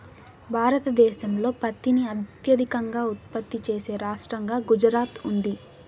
భారతదేశంలో పత్తిని అత్యధికంగా ఉత్పత్తి చేసే రాష్టంగా గుజరాత్ ఉంది